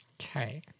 Okay